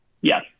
Yes